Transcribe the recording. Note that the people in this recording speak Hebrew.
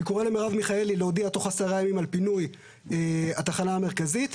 אני קורא למרב מיכאלי להודיע תוך עשרה ימים על פינוי התחנה המרכזית.